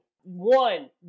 One